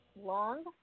Long